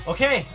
Okay